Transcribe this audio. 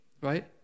right